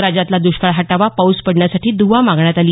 राज्यातला द्रष्काळ हटावा पाऊस पडण्यासाठी द्वा मागण्यात आली